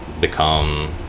become